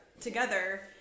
together